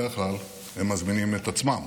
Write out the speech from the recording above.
בדרך כלל הם מזמינים את עצמם.